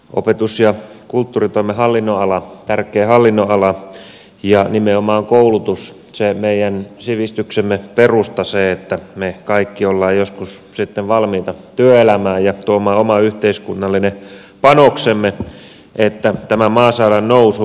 opetus ja kulttuuritoimen hallinnonala tärkeä hallinnonala ja nimenomaan koulutus se meidän sivistyksemme perusta se että me kaikki olemme joskus sitten valmiita työelämään ja tuomaan oma yhteiskunnallinen panoksemme että tämä maa saadaan nousuun